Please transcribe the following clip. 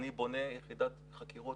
אני בונה יחידת חקירות